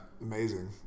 Amazing